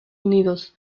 unidos